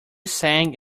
sang